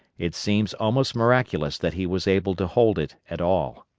it seems almost miraculous that he was able to hold it at all.